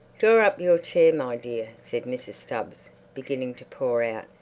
draw up your chair, my dear, said mrs. stubbs, beginning to pour out.